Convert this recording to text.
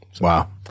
Wow